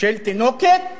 של תינוקת